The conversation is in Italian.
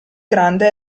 grande